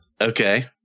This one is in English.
Okay